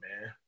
man